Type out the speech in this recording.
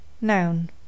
Noun